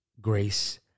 grace